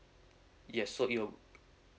yes so it'll